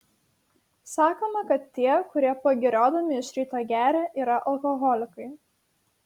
sakoma kad tie kurie pagiriodami iš ryto geria yra alkoholikai